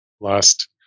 last